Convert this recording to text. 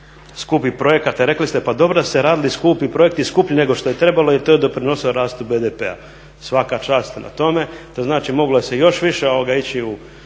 skupih projekata, rekli ste pa dobro da su se radili skupi projekti, skuplji nego što je trebalo jer to je doprinosilo rastu BDP-a. Svaka čast na tome. To znači moglo se još više ići u,